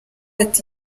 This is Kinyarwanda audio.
ati